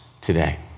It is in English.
today